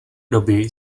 doby